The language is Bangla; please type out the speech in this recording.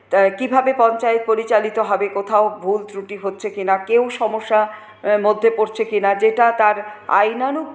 ত কীভাবে পঞ্চায়েত পরিচালিত হবে কোথাও ভুল ত্রুটি হচ্ছে কিনা কেউ সমস্যা মধ্যে পড়ছে কিনা যেটা তার আইনানু